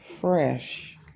fresh